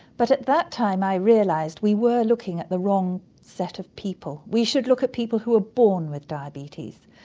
but at that time i realised that we were looking at the wrong set of people, we should look at people who are born with diabetes.